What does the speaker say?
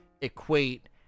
equate